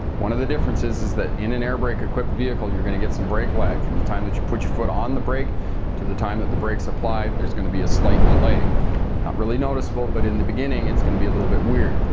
one of the differences is that in an air brake equipped vehicle you're going to get some brake lag from the time that you put your foot on the brake to the time that the brakes actually apply. there's going to be a slight delay not really noticeable, but in the beginning it's going to be a little bit weird.